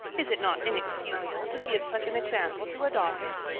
is it not inexcusable to give such an example to a daughter?